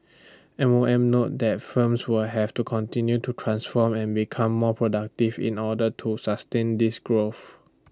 M O M note that firms will have to continue to transform and become more productive in order to sustain this growth